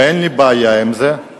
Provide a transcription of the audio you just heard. ואין לי בעיה עם זה,